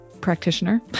practitioner